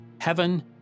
heaven